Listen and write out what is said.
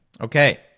Okay